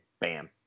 Bam